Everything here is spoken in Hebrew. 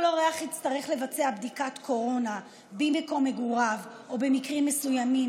כל אורח יצטרך לבצע בדיקת קורונה במקום מגוריו או במקרים מסוימים